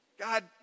God